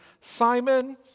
Simon